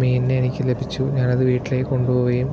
മീനിനെ എനിക്ക് ലഭിച്ചു ഞാൻ അതു വീട്ടിലേക്ക് കൊണ്ടുപോവുകയും